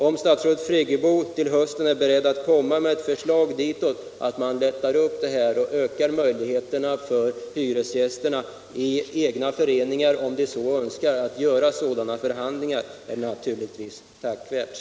Om statsrådet Friggebo är beredd att till hösten lägga fram ett förslag som innebär att man ökar möjligheterna för hyresgäster att genom sina föreningar, om de så önskar, ta upp sådana förhandlingar, är det naturligtvis tacknämligt.